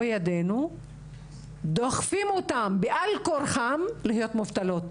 ידינו דוחפים אותם בעל כורחן להיות מובטלות,